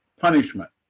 punishment